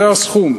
זה הסכום,